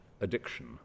addiction